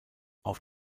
auf